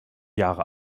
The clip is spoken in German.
jahre